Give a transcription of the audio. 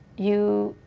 you,